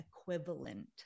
equivalent